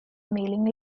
mailing